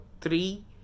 three